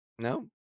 No